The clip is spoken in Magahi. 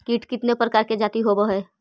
कीट कीतने प्रकार के जाती होबहय?